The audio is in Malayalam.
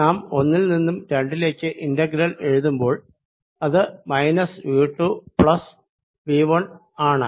നാം ഒന്നിൽ നിന്നും രണ്ടിലേക്ക് ഇന്റഗ്രൽ എഴുതുമ്പോൾ അത് മൈനസ് V 2 പ്ലസ് V 1 ആണ്